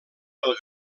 pel